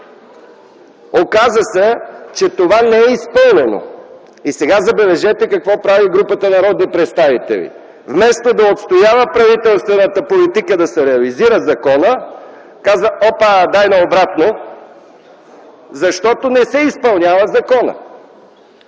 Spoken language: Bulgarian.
Оказа се, че това не е изпълнено. Сега забележете какво прави групата народни представители – вместо да отстоява правителствената политика да се реализира законът, казва: „Опа, дай на обратно!”, защото не се изпълнява законът.